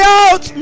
out